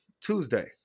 Tuesday